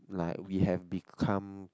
like we have become